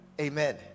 Amen